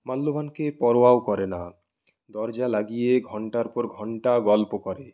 মাল্যবানকে পরোয়াও করে না দরজা লাগিয়ে ঘন্টার পর ঘন্টা গল্প করে